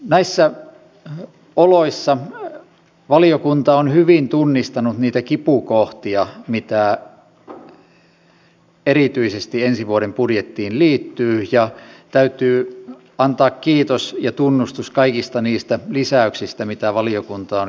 näissä oloissa valiokunta on hyvin tunnistanut niitä kipukohtia mitä erityisesti ensi vuoden budjettiin liittyy ja täytyy antaa kiitos ja tunnustus kaikista niistä lisäyksistä mitä valiokunta on kyseiselle hallinnonalalle osoittanut